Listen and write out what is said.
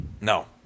No